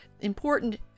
important